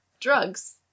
drugs